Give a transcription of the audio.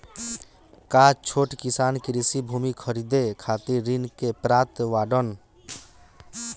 का छोट किसान कृषि भूमि खरीदे खातिर ऋण के पात्र बाडन?